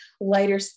lighter